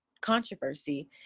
controversy